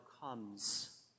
comes